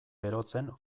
berotzen